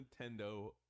Nintendo